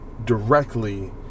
Directly